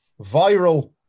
viral